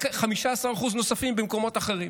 רק 15% נוספים במקומות אחרים.